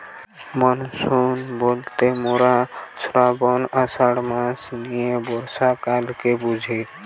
monsoon বইলতে মোরা শ্রাবন, আষাঢ় মাস নিয়ে বর্ষাকালকে বুঝি